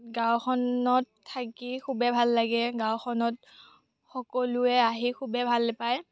গাঁওখনত থাকি খুবেই ভাল লাগে গাঁওখনত সকলোৱে আহি খুবেই ভাল পায়